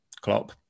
Klopp